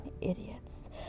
Idiots